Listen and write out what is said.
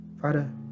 Father